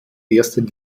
ersten